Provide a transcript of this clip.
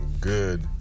good